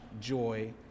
joy